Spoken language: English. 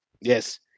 yes